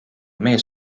mees